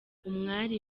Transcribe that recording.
umwari